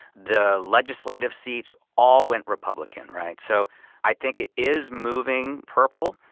the legislative seats all went republican, right? so i think it is moving purple.